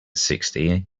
sixty